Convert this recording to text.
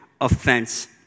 offense